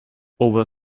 over